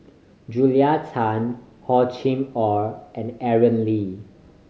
Julia Tan Hor Chim Or and Aaron Lee